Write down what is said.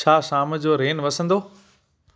छा शाम जो रेन वसंदो